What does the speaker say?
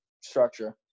structure